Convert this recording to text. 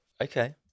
Okay